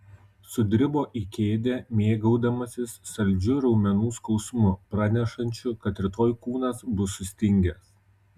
sudribo į kėdę mėgaudamasis saldžiu raumenų skausmu pranešančiu kad rytoj kūnas bus sustingęs